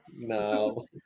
No